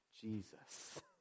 Jesus